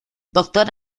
doctor